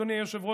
אדוני היושב-ראש,